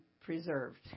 preserved